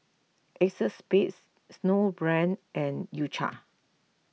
Acexspade Snowbrand and U Cha